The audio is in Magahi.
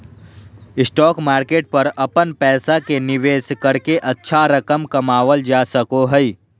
स्टॉक मार्केट पर अपन पैसा के निवेश करके अच्छा रकम कमावल जा सको हइ